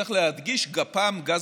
צריך להדגיש, גפ"ם, גז